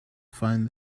find